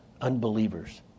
unbelievers